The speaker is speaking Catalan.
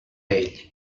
ell